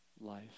life